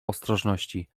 ostrożności